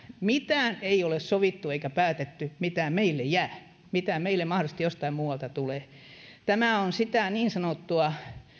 mitään ei ole sovittu eikä päätetty mitä meille jää mitä meille mahdollisesti jostain muualta tulee tämä on sitä niin sanottua